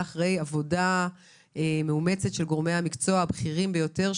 אחרי עבודה מאומצת של גורמי המקצוע הבכירים ביותר,